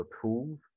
tools